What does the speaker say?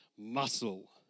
muscle